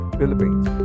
Philippines